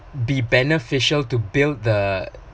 be beneficial to build the